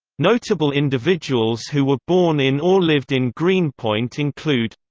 notable individuals who were born in or lived in greenpoint include